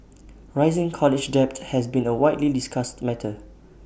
rising college debt has been A widely discussed matter